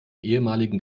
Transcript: ehemaligen